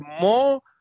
more